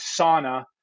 sauna